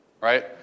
right